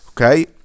Okay